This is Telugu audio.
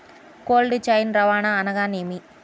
కోల్డ్ చైన్ రవాణా అనగా నేమి?